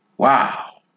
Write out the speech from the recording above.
Wow